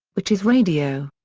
which is radio.